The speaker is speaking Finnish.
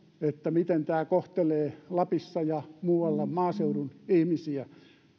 miten tämä kohtelee lapissa ja muualla maaseudun ihmisiä